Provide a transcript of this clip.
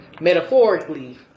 metaphorically